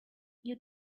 you